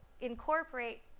incorporate